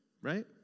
right